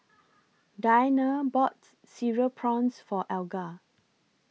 Dianna bought Cereal Prawns For Alger